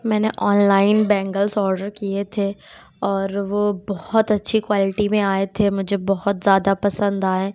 میں نے online bangles order کیے تھے اور وہ بہت اچھی کوالٹی میں آئے تھے مجھے بہت زیادہ پسند آئے